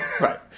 Right